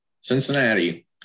Cincinnati